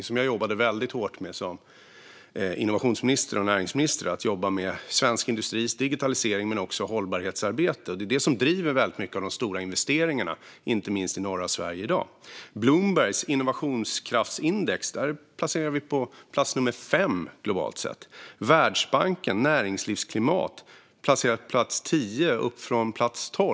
Som närings och innovationsminister jobbade jag väldigt hårt med svensk industris digitalisering och hållbarhetsarbete. Det är detta som driver mycket av de stora investeringarna, inte minst i norra Sverige, i dag. I Bloombergs innovationskraftsindex placeras Sverige på plats 5 globalt sett. I Världsbankens index för näringslivsklimat har Sverige gått från plats 12 till plats 10.